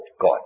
God